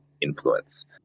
influence